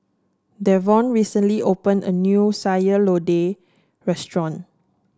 Devon recently opened a new Sayur Lodeh Restaurant